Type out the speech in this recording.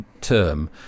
term